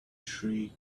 shriek